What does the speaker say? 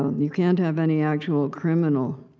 you can't have any actual criminal.